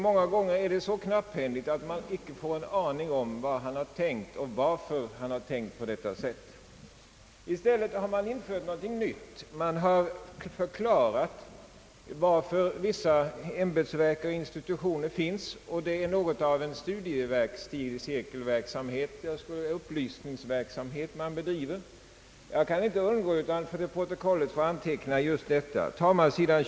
Många gånger är skrivningen så knapphändig att man inte får en aning om vad departementschefen tänkt eller varför han har tänkt på ett visst sätt. I stället har någonting nytt införts. Departementschefen förklarar anledningen till att vissa ämbetsverk och institutioner finns till och bedriver på det sättet något av en studiecirkeleller upplysningsverksamhet. Jag kan inte underlåta att till protokollet få antecknat detta förhållande. På sid.